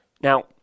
Now